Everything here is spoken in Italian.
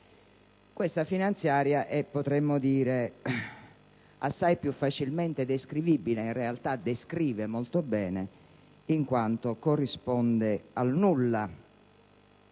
questa finanziaria è assai più facilmente descrivibile; in realtà, descrive molto bene in quanto corrisponde al nulla,